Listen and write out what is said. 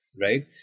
right